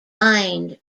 bind